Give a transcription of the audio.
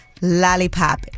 lollipop